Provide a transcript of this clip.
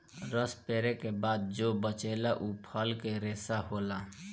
रस पेरे के बाद जो बचेला उ फल के रेशा होला